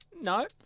No